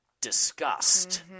disgust